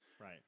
Right